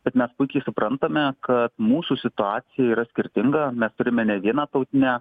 bet mes puikiai suprantame kad mūsų situacija yra skirtinga mes turime ne vieną tautinę